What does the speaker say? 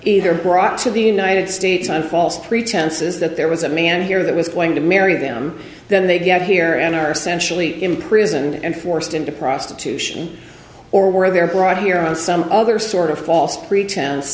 either brought to the united states on false pretenses that there was a man here that was going to marry them then they get here and are essentially imprisoned and forced into prostitution or where they're brought here on some other sort of false pretense